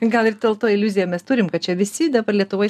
gal ir dėl to iliuziją mes turim kad čia visi dabar lietuvoj